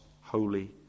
holy